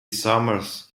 summers